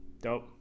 dope